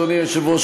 אדוני היושב-ראש,